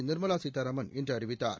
நிர்மலா சீதாராமன் இன்று அறிவித்தார்